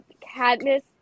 Cadmus